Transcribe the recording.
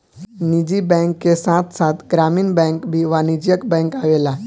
निजी बैंक के साथ साथ ग्रामीण बैंक भी वाणिज्यिक बैंक आवेला